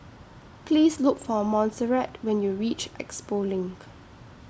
Please Look For Monserrat when YOU REACH Expo LINK